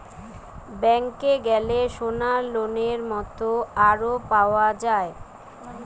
ব্যাংকে গ্যালে সোনার লোনের মত আরো পাওয়া যায়